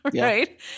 right